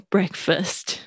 Breakfast (